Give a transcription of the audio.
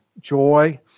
joy